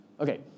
Okay